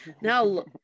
now